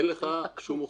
אין לך שום הוכחה,